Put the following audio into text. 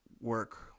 work